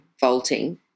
vaulting